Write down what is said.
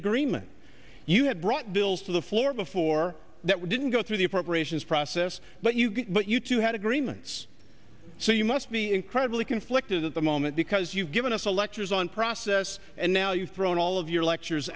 agreement you have brought bills to the floor before that we didn't go through the appropriations process but you but you two had agreements so you must be incredibly conflicted at the moment because you've given us a lectures on process and now you've thrown all of your lectures